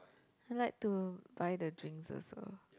like to buy the drinks also